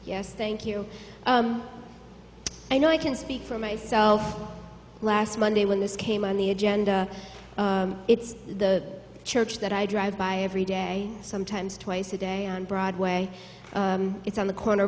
yes thank you i know i can speak for myself last monday when this came on the agenda it's the church that i drive by every day sometimes twice a day on broadway it's on the corner